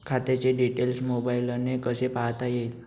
खात्याचे डिटेल्स मोबाईलने कसे पाहता येतील?